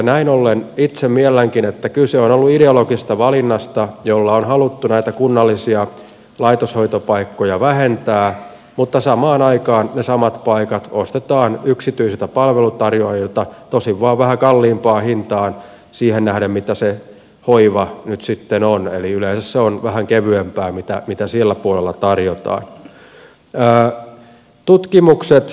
näin ollen itse miellänkin että kyse on ollut ideologisesta valinnasta jolla on haluttu kunnallisia laitoshoitopaikkoja vähentää mutta samaan aikaan ne samat paikat ostetaan yksityisiltä palveluntarjoajilta tosin vain vähän kalliimpaan hintaan siihen nähden mitä se hoiva sitten on eli yleensä se on vähän kevyempää mitä sillä puolella tarjotaan